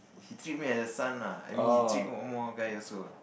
he treat me as a son lah I mean he treat more more guy also